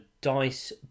dice